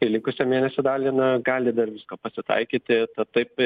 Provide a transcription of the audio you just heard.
į likusią mėnesio dalį na gali dar visko pasitaikyti taip